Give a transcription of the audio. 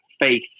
faith